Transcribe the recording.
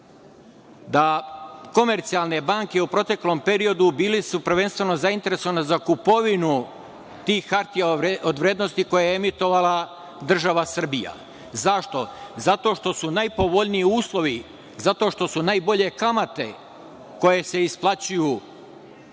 da komercijalne banke u proteklom periodu su bile prvenstveno zainteresovane za kupovinu tih hartija od vrednosti koje je emitovala država Srbija. Zašto? Zato što su najpovoljniji uslovi. Zato što su najbolje kamate koje se isplaćuju